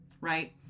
Right